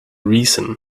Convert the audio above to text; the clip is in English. reason